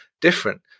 different